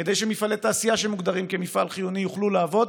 כדי שמפעלי תעשייה שמוגדרים מפעל חיוני יוכלו לעבוד,